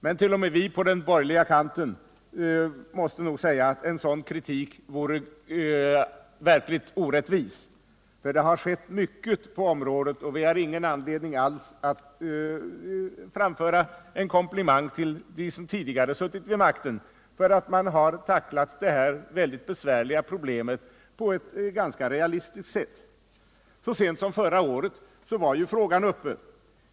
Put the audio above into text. Men t.o.m. vi på den borgerliga kanten måste nog säga att en sådan kritik vore verkligt orättvis, för det har skett mycket på området, och vi har ingen anledning alls att inte framföra en komplimang till dem som tidigare suttit vid makten för att man tacklat detta väldigt besvärliga problem på ett ganska realistiskt sätt. Så sent som förra året var frågan uppe.